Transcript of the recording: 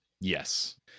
yes